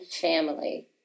family